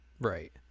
Right